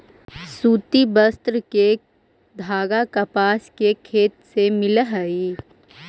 सूति वस्त्र के धागा कपास के खेत से मिलऽ हई